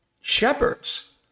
shepherds